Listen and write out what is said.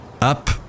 Up